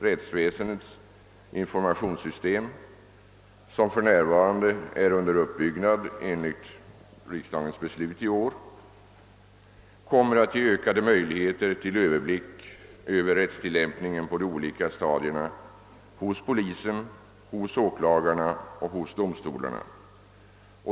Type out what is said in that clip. Rättsväsendets informationssystem, som för närvarande är under uppbyggnad enligt riksdagens beslut i år, kommer att ge ökade möjligheter till överblick över rättstillämpningen på de olika stadierna hos polisen, åklagarna och domstolarna.